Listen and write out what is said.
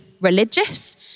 religious